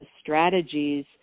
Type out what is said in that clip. strategies